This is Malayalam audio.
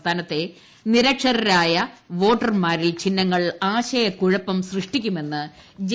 സംസ്ഥാനത്തെ നിരക്ഷരരായ വോട്ടർമാരിൽ ചിഹ്നങ്ങൾ ആശയക്കുഴപ്പം സൃഷ്ടിക്കുമെന്ന് ജെ